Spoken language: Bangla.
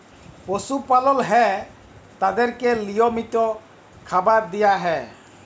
পশু পালল হ্যয় তাদেরকে লিয়মিত খাবার দিয়া হ্যয়